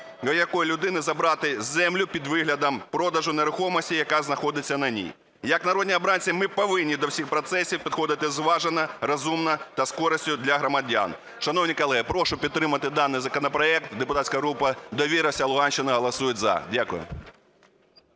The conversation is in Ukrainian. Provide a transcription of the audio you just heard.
будь-якої людини забрати землю під виглядом продажу нерухомості, яка знаходиться на ній. Як народні обранці ми повинні до всіх процесів підходити зважено, розумно та з користю для громадян. Шановні колеги, прошу підтримати даний законопроект, депутатська група "Довіра", вся Луганщина голосують "за". Дякую.